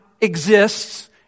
exists